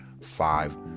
five